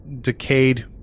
decayed